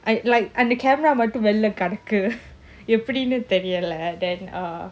I like அந்த:andha camera மட்டும்வெளிலகெடக்குஎப்படினுதெரியல:mattum velila kedaku epdinu theriala then uh